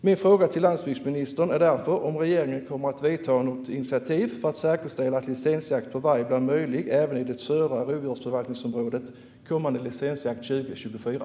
Min fråga till landsbygdsministern är därför om regeringen kommer att ta något initiativ för att säkerställa att licensjakt på varg blir möjlig även i det södra rovdjursförvaltningsområdet kommande licensjakt 2024.